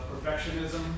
perfectionism